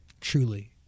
truly